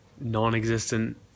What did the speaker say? non-existent